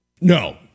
no